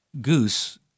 goose